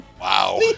Wow